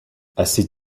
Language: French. assez